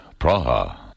Praha